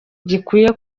gikwiye